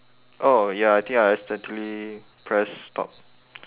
ya I think I accidentally press stop